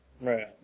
Right